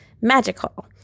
magical